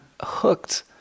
hooked